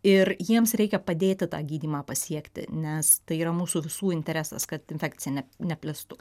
ir jiems reikia padėti tą gydymą pasiekti nes tai yra mūsų visų interesas kad infekcija neplistų